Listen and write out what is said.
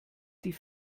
die